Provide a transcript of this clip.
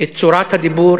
את צורת הדיבור,